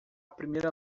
primeira